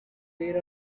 there